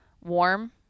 warm